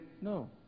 No